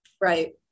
Right